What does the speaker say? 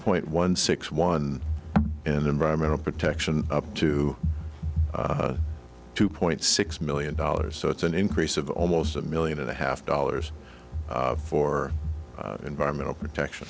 point one six one and environmental protection up to two point six million dollars so it's an increase of almost a million and a half dollars for environmental protection